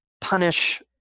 punish